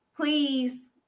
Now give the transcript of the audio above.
Please